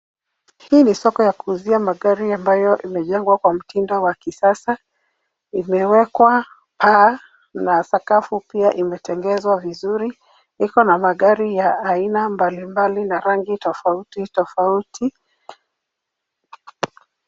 Hii ni soko ya kuuzia magari ambayo imejengwa kwa mtindo wa kisasa. Imewekwa paa na sakafu pia imetengezwa vizuri. Iko na magari ya aina mbalimbali na rangi tofauti tofauti.